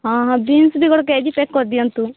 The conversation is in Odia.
ହଁ ହଁ ବିନ୍ସ ବି ଗୋଟେ କେ ଜି ପ୍ୟାକ୍ କରିଦିଅନ୍ତୁ